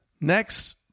Next